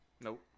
Nope